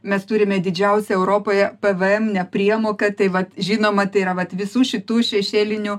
mes turime didžiausią europoje pevejem nepriemoką tai vat žinoma tai yra vat visų šitų šešėlinių